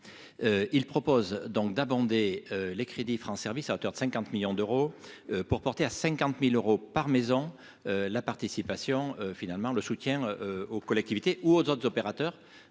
il propose donc d'abonder les. Crédit France service à hauteur de 50 millions d'euros pour porter à 50000 euros par maison la participation finalement le soutien aux collectivités ou aux autres opérateurs